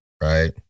right